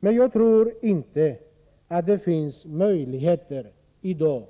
Men jag tror inte att det finns möjligheter i dag